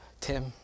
Tim